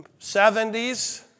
70s